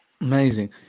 amazing